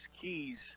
keys